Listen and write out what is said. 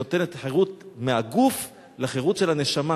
שנותנת חירות מהגוף לחירות של הנשמה,